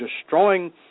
destroying